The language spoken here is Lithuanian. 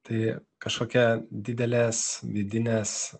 tai kažkokia didelės vidinės